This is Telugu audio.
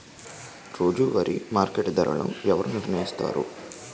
రోజువారి మార్కెట్ ధరలను ఎవరు నిర్ణయిస్తారు?